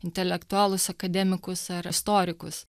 intelektualus akademikus ar istorikus